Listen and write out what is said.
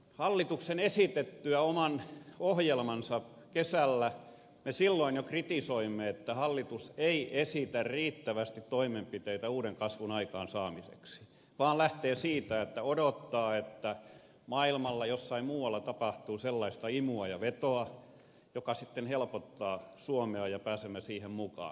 hallituksen esitettyä oman ohjelmansa kesällä me silloin jo kritisoimme että hallitus ei esitä riittävästi toimenpiteitä uuden kasvun aikaansaamiseksi vaan lähtee siitä että odottaa että maailmalla jossain muualla tapahtuu sellaista imua ja vetoa joka sitten helpottaa suomea ja pääsemme siihen mukaan